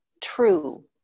true